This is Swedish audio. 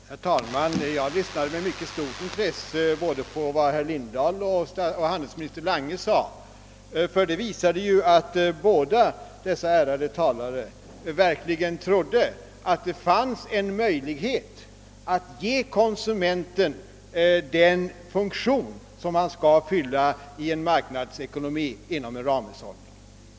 Herr talman! Jag lyssnade med mycket stort intresse till både vad herr Lindahl och handelsminister Lange sade och som visade att dessa talare verkligen tror att det finns förutsättningar ait ge konsumenten den funktion som han bör fylla i en marknadsekonomi inom en ramhushållning.